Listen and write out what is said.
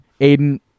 Aiden